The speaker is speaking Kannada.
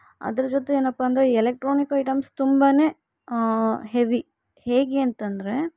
ಅದ್ರ ಜೊತೆ ಏನಪ್ಪ ಅಂದರೆ ಎಲೆಕ್ಟ್ರಾನಿಕ್ ಐಟಮ್ಸ್ ತುಂಬನೇ ಹೆವಿ ಹೇಗೆ ಅಂತೆಂದ್ರೆ